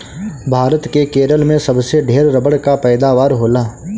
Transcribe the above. भारत के केरल में सबसे ढेर रबड़ कअ पैदावार होला